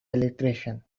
alliteration